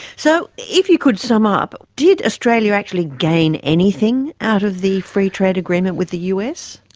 so if you could sum up, did australia actually gain anything out of the free trade agreement with the us?